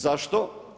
Zašto?